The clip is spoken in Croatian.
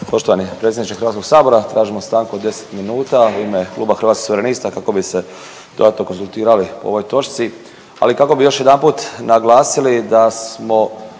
Poštovani potpredsjedniče Hrvatskog sabora, tražimo stanku od 10 minuta u ime Kluba Hrvatskih suverenista kako bi se dodatno konzultirali o ovoj točci, ali i kako bi još jedanput naglasili da smo